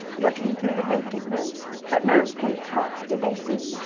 looking through the vacant rooms. but no paint pots did they see.